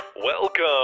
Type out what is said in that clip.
Welcome